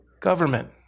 government